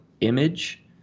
image